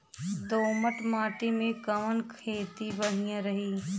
दोमट माटी में कवन खेती बढ़िया रही?